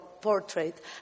portrait